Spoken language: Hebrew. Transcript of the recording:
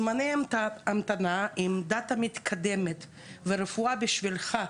זמני המתנה עם דאטא מתקדמת ורפואה בשבילך.